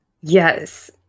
Yes